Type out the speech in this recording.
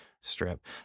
strip